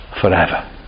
forever